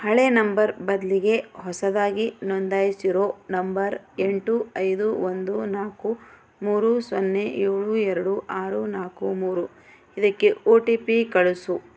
ಹಳೆ ನಂಬರ್ ಬದಲಿಗೆ ಹೊಸದಾಗಿ ನೊಂದಾಯಿಸಿರೋ ನಂಬರ್ ಎಂಟು ಐದು ಒಂದು ನಾಲ್ಕು ಮೂರು ಸೊನ್ನೆ ಏಳು ಎರಡು ಆರು ನಾಲ್ಕು ಮೂರು ಇದಕ್ಕೆ ಒ ಟಿ ಪಿ ಕಳಿಸು